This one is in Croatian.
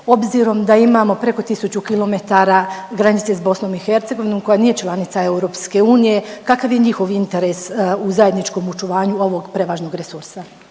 Obzirom da imamo preko 1000 km granice sa BiH koja nije članica EU kakav je njihov interes u zajedničkom očuvanju ovog prevažnog resursa.